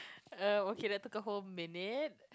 uh okay that took a whole minute